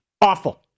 Awful